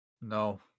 No